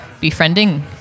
befriending